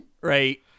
right